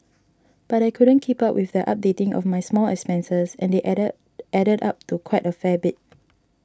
but I couldn't keep up with the updating of my small expenses and they added added up to quite a fair bit